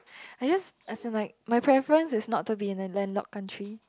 I just as in like my preference is not to be in a land lock country